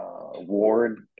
ward